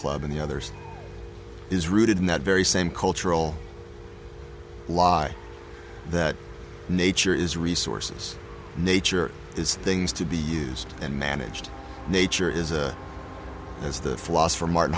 club and the others is rooted in that very same cultural lie that nature is resources nature is things to be used and managed nature is as the philosopher martin